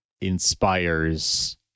inspires